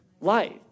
life